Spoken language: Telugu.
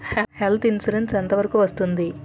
హెల్త్ ఇన్సురెన్స్ ఎంత వరకు వస్తుంది?